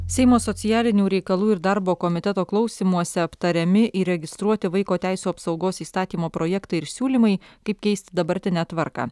seimo socialinių reikalų ir darbo komiteto klausymuose aptariami įregistruoti vaiko teisių apsaugos įstatymo projektai ir siūlymai kaip keisti dabartinę tvarką